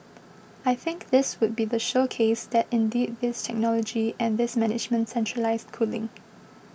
I think this would be the showcase that indeed this technology and this management centralised cooling